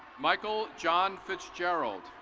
michael john fitzgerald.